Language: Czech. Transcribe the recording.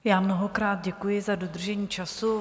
Já mnohokrát děkuji za dodržení času.